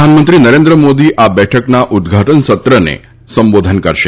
પ્રધાનમંત્રી નરેન્દ્ર મોદી આ બેઠકના ઉદઘાટન સત્રને સંબોધન કરશે